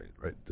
right